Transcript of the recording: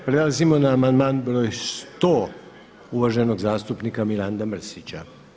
Prelazimo na amandman broj 100 uvaženog zastupnika Miranda Mrsića.